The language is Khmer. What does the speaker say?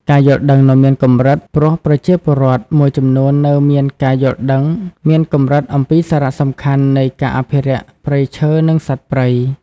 ការយល់ដឹងនៅមានកម្រិត ព្រោះប្រជាពលរដ្ឋមួយចំនួននៅមានការយល់ដឹងមានកម្រិតអំពីសារៈសំខាន់នៃការអភិរក្សព្រៃឈើ និងសត្វព្រៃ។